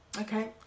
Okay